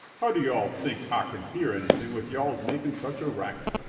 how do yo'alls think ah can hear anything with yo'alls making such a racket?